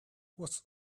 was